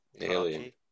Alien